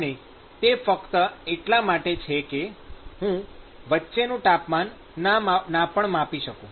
અને તે ફક્ત એટલા માટે છે કે હું વચ્ચેનું તાપમાન ના પણ માપી શકું